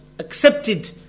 Accepted